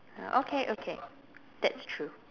okay okay that's true